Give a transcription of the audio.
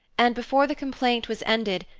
and before the complaint was ended,